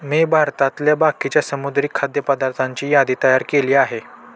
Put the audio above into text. मी भारतातल्या बाकीच्या समुद्री खाद्य पदार्थांची यादी तयार केली आहे